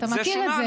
אתה מכיר את זה.